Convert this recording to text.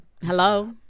Hello